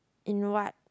in what